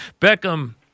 Beckham